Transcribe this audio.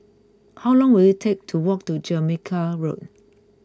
how long will it take to walk to Jamaica Road